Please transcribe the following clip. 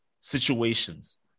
situations